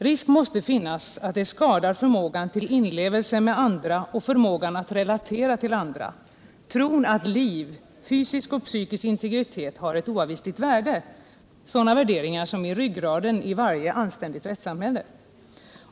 Risk måste finnas att det skadar förmågan till inlevelse med andra och förmågan att relatera till andra, tron att liv, fysisk och psykisk integritet, har ett oavvisligt värde — värderingar som är ryggraden i varje anständigt rättssamhälle.